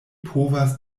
povas